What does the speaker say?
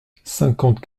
cinquante